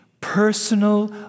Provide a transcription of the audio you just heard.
personal